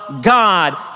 God